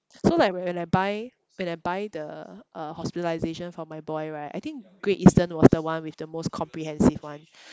so like when I buy when I buy the uh hospitalisation for my boy right I think great eastern was the one with the most comprehensive one